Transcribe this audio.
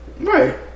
Right